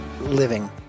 Living